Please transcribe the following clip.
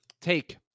Take